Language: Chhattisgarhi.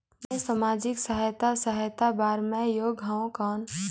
मैं समाजिक सहायता सहायता बार मैं योग हवं कौन?